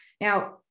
Now